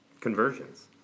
conversions